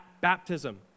baptism